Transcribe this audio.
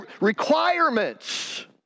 requirements